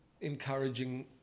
encouraging